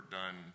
done